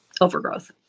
overgrowth